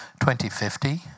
2050